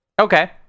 Okay